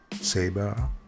saber